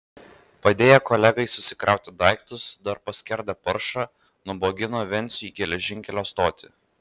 padėję kolegai susikrauti daiktus dar paskerdę paršą nubogino vencių į geležinkelio stotį